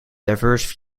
diverse